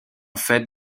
fait